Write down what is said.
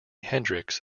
hendrix